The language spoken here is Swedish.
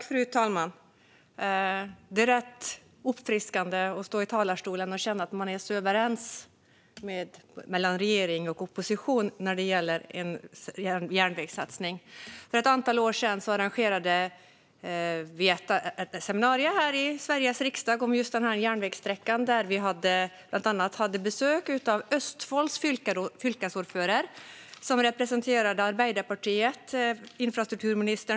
Fru talman! Det är rätt uppfriskande att stå i talarstolen och känna att man är så överens mellan regering och opposition när det gäller en järnvägssatsning. För ett antal år sedan arrangerade vi ett seminarium här i Sveriges riksdag om just denna järnvägssträcka. Vi hade då besök av bland andra Östfolds fylkesordförer som representerade Arbeiderpartiets infrastrukturminister.